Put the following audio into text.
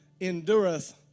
endureth